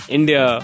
India